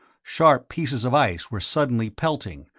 sharp pieces of ice were suddenly pelting,